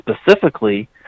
specifically